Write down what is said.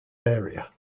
area